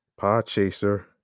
PodChaser